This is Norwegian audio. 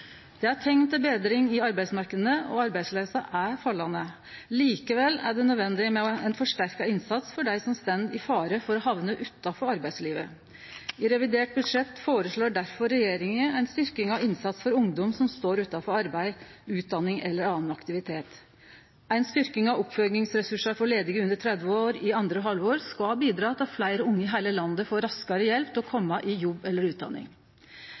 Det er teikn til betring i arbeidsmarknaden, og arbeidsløysa er fallande. Likevel er det nødvendig med ein forsterka innsats for dei som står i fare for å hamne utanfor arbeidslivet. I revidert budsjett føreslår difor regjeringa ei styrking av innsatsen for ungdom som står utanfor arbeid, utdanning eller annan aktivitet. Ei styrking av oppfølgingsressursar for arbeidsledige under 30 år i andre halvår skal bidra til at fleire unge i heile landet får raskare hjelp til å kome i jobb eller utdanning.